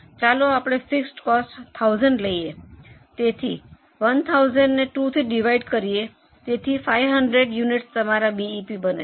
ચાલો આપણે fixed cost 1000 લયીયે તેથી 1000 ને 2 થી ડિવાઇડ કરીએ તેથી 500 યુનિટસ તમારા BEP બને છે